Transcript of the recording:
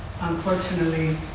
unfortunately